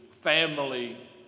family